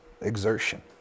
exertion